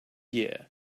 year